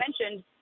mentioned